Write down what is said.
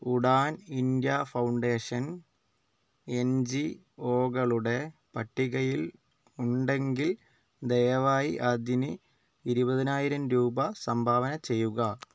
Udan India foundation N G ഒകളുടെ പട്ടികയിൽ ഉണ്ടെങ്കിൽ ദയവായി അതിന് ഇരുപതിനായിരം രൂപ സംഭാവന ചെയ്യുക